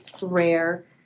rare